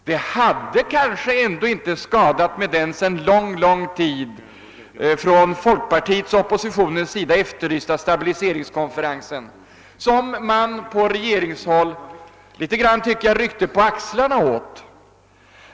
Det hade kanske ändå inte skadat att anordna den sedan lång tid av folkpartiet och den övriga oppositionen efterlysta stabiliseringskonferens, som man på regeringshåll har ryckt på axlarna åt.